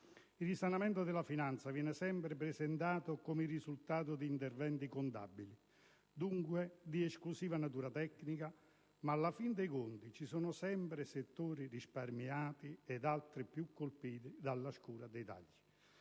Il risanamento delle finanze viene sempre presentato come il risultato di interventi contabili, dunque di esclusiva natura tecnica, ma alla fine dei conti ci sono sempre settori risparmiati ed altri più colpiti dalla scure dei tagli.